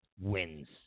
wins